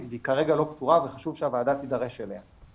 והיא כרגע לא פתורה וחשוב שהוועדה תידרש אליה.